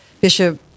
Bishop